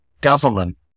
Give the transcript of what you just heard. government